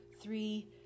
three